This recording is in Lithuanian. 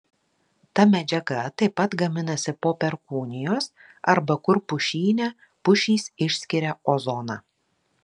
ta medžiaga taip pat gaminasi po perkūnijos arba kur pušyne pušys išskiria ozoną